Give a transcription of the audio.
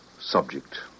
subject